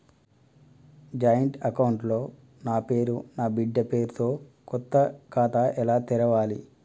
Joint account లో నా పేరు నా బిడ్డే పేరు తో కొత్త ఖాతా ఎలా తెరవాలి?